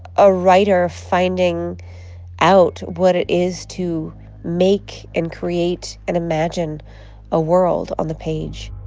a writer finding out what it is to make and create and imagine a world on the page